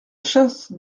chasse